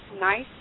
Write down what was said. nice